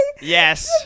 Yes